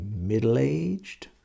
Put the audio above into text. middle-aged